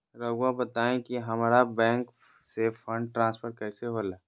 राउआ बताओ कि हामारा बैंक से फंड ट्रांसफर कैसे होला?